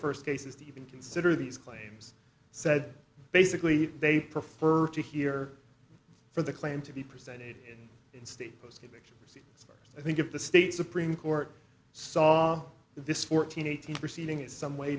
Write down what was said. first cases to even consider these claims said basically they prefer to hear for the claim to be presented in state posted i think if the state supreme court saw this fourteen eighteen proceeding in some way